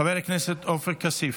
חבר הכנסת עופר כסיף.